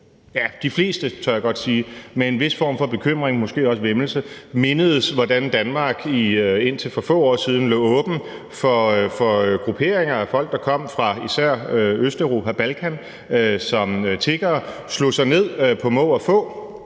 tror, de fleste – det tør jeg godt sige – med en vis form for bekymring og måske også væmmelse mindes, hvordan Danmark indtil for få år siden lå åben for grupperinger af folk, der kom fra især Østeuropa, Balkan, som tiggere, slog sig ned på må og få,